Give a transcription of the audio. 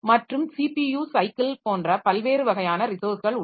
மற்றும் CPU cycle போன்ற பல்வேறு வகையான ரிசோர்ஸ்கள் உள்ளன